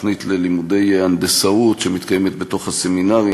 התוכנית ללימודי הנדסאות שמתקיימת בתוך הסמינרים,